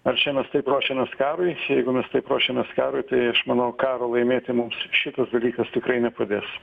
ar čia mes taip ruošiamės karui jeigu mes taip ruošiamės karui tai aš manau karo laimėti mums šitas dalykas tikrai nepadės